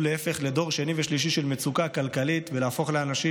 להפוך לדור שני ושלישי של מצוקה כלכלית ולהפוך לאנשים